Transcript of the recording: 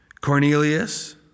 Cornelius